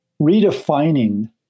redefining